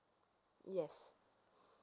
yes